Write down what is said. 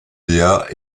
dea